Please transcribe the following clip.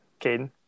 Caden